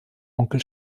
onkel